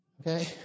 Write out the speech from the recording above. Okay